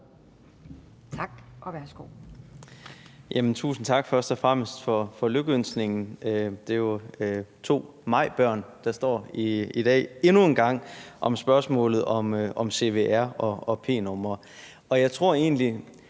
Tak, og værsgo.